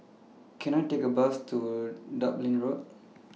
Can I Take A Bus to Dublin Road